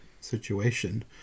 situation